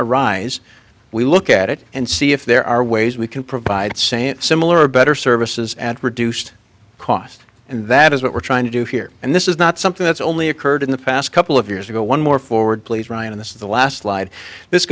arise we look at it and see if there are ways we can provide sandt similar or better services at reduced cost and that is what we're trying to do here and this is not something that's only occurred in the past couple of years ago one more forward please ryan this is the last slide this